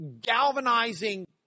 galvanizing